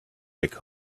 back